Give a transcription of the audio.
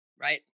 Right